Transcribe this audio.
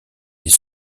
les